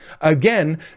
Again